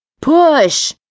Push